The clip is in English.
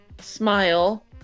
smile